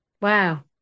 Wow